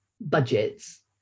budgets